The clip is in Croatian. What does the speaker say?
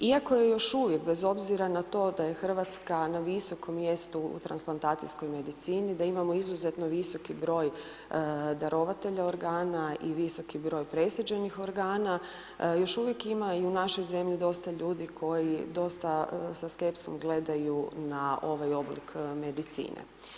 Iako je još uvijek, bez obzira na to da je RH na visokom mjestu u transplantacijskoj medicini, da imamo izuzetno visoki broj darovatelja organa i visoki broj presađenih organa, još uvijek ima i u našoj zemlji dosta ljudi koji dosta sa skepsom gledaju na ovaj oblik medicine.